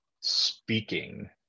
speaking